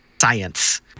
science